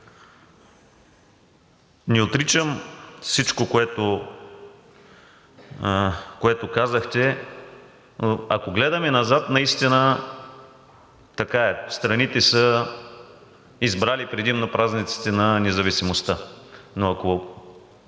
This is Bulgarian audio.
Не отричам всичко, което казахте. Ако гледаме назад, наистина така е – страните са избрали предимно празниците на независимостта. Но ако